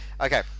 Okay